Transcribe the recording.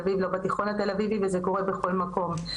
אביב ולא בתיכון התל אביבי וזה קורה בכל מקום.